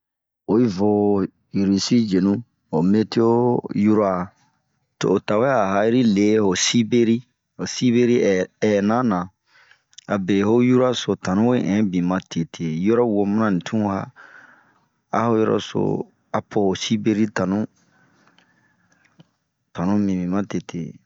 Oyi vo Risi yenuyur hoa meto yura, to'o tawɛ a ha'iri lii ho siberi, ho siberi ɛh ɛnna na, abe ho yurɔso tanu we ɛnbin matete. Yurɔwo mana ri tunwa aho yurɔso apo ho siberi tanu, tanu mibin matete.